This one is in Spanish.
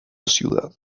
ciudad